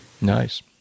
nice